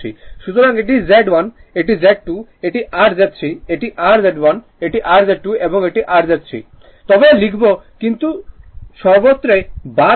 সুতরাং এটি Z1 এটি Z2 এটি r Z 3 এটি r Z1 এটি r Z2 এবং এটি r Z 3 তবে লিখবো কিন্তু সর্বত্র বার রাখবো না